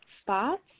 spots